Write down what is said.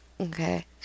okay